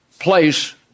place